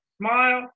smile